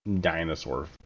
dinosaur